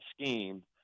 scheme